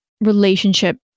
relationship